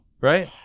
Right